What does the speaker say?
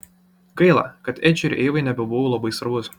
gaila kad edžiui ir eivai nebebuvau labai svarbus